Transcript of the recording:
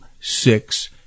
six